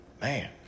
man